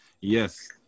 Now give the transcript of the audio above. Yes